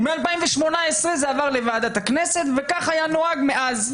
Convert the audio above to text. ומ-2018 זה בוועדת הכנסת, וכך היה הנוהג מאז.